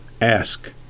ask